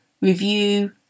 review